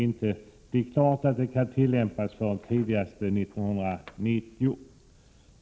Man vill alltså ha regler som skall gälla under 1989.